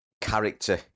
character